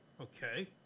Okay